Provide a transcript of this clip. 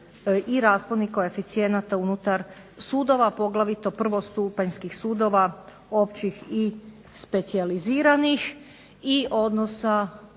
i rasponi koeficijenata unutar sudova poglavito prvostupanjskih sudova, općih i specijaliziranih i odnosa